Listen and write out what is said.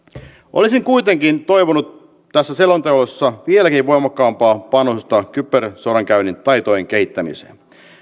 olisin kuitenkin toivonut tässä selonteossa vieläkin voimakkaampaa panostusta kybersodankäynnin taitojen kehittämiseen